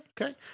okay